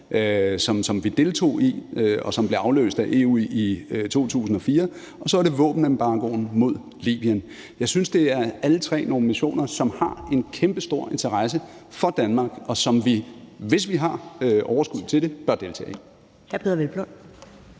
som vi deltog i, og som blev afløst af EU i 2004, og så er det våbenembargoen mod Libyen. Jeg synes, alle tre er nogle missioner, som Danmark har en kæmpestor interesse i, og som vi, hvis vi har overskuddet til det, bør deltage i.